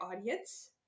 audience